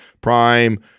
Prime